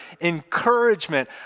encouragement